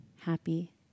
happy